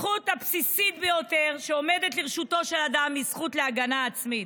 הזכות הבסיסית ביותר אשר עומדת לרשותו של כל אדם היא זכות ההגנה העצמית,